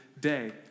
day